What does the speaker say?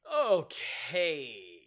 Okay